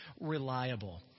reliable